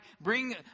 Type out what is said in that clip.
bring